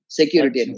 security